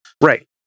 Right